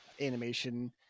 animation